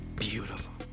Beautiful